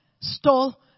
Stole